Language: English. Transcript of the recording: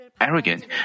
arrogant